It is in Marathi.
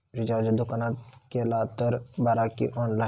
रिचार्ज दुकानात केला तर बरा की ऑनलाइन?